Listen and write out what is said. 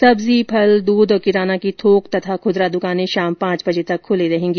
सब्जी फल दूध और किराना की थोक व खुदरा दुकाने शाम पांच बजे तक खुली रहेंगी